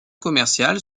commerciale